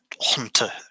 hunter